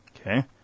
Okay